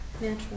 Natural